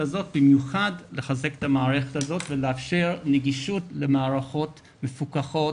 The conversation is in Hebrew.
הזאת ולאפשר נגישות למערכות מפוקחות,